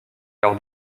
leur